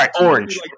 orange